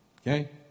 Okay